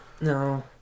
No